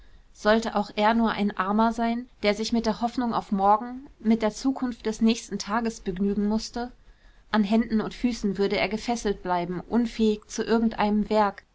sollte auch er nur ein armer sein der sich mit der hoffnung auf morgen mit der zukunft des nächsten tages begnügen mußte an händen und füßen würde er gefesselt bleiben unfähig zu irgendeinem werk